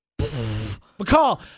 McCall